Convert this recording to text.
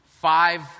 Five